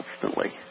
constantly